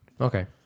Okay